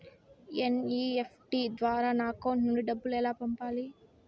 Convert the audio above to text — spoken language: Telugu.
ఎన్.ఇ.ఎఫ్.టి ద్వారా నా అకౌంట్ నుండి డబ్బులు ఎలా పంపాలి